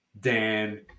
Dan